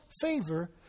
favor